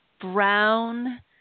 brown